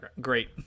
great